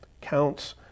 counts